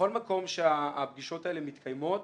בכל מקום שהפגישות האלה מתקיימות,